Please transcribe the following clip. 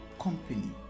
company